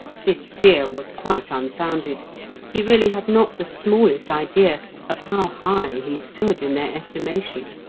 this fear was quite unfounded he really had not the smallest idea of how high he stood in their estimation.